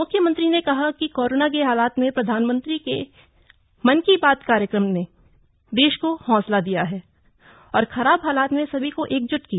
म्ख्यमंत्री ने कहा कि कोरोना के हालात में प्रधानमंत्री के मन की बात कार्यक्रम ने देश को हौसला दिया है और खराब हालात में सभी को एकज्ट किया